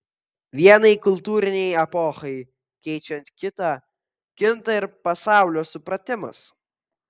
vienai kultūrinei epochai keičiant kitą kinta ir pasaulio supratimas